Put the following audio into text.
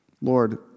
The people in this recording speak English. Lord